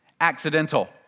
Accidental